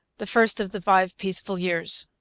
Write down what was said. the first of the five peaceful years.